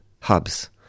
hubs